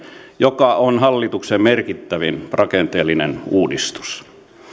joka on hallituksen merkittävin rakenteellinen uudistus